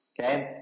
Okay